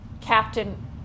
Captain